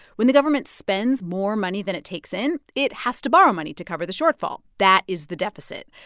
when the government spends more money than it takes in, it has to borrow money to cover the shortfall. that is the deficit.